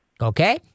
okay